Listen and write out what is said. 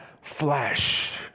flesh